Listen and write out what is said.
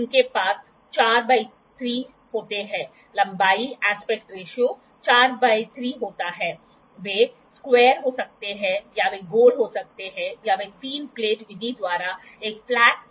precision squares का उपयोग करके 90 डिग्री से अधिक एंगल की माप के लिए हम L स्क्वेयर जैसे कुछ का उपयोग करते हैं इसलिए एंगलों के साथ यही होता है